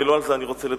ולא על זה אני רוצה לדבר.